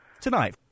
Tonight